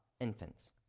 infants